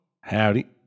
Howdy